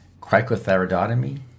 cricothyroidotomy